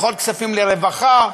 פחות כספים לרווחה,